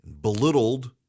belittled